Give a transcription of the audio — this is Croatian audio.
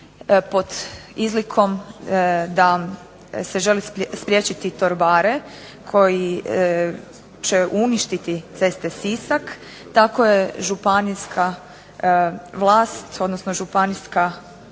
pod izlikom da se želi spriječiti torbare, koji će uništiti ceste Sisak, tako je županijska vlast, odnosno županijska